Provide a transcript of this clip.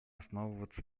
основываться